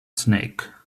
snake